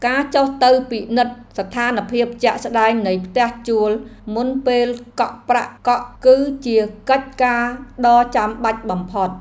ការចុះទៅពិនិត្យស្ថានភាពជាក់ស្តែងនៃផ្ទះជួលមុនពេលកក់ប្រាក់កក់គឺជាកិច្ចការដ៏ចាំបាច់បំផុត។